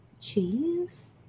cheese